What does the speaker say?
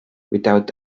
without